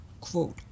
quote